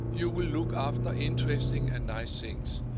you will look after interesting and nice things,